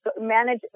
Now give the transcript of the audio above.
manage